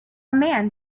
man